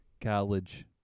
college